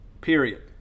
period